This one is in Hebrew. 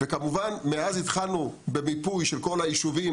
כמובן שמאז התחלנו במיפוי של כל היישובים,